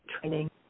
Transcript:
training